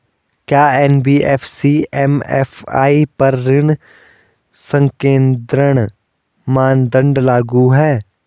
क्या NBFC MFI पर ऋण संकेन्द्रण मानदंड लागू हैं?